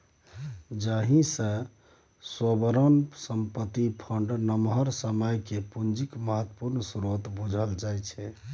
जाहि सँ सोवरेन संपत्ति फंड नमहर समय केर पुंजीक महत्वपूर्ण स्रोत बुझल जाइ छै